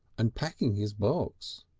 and packing his box.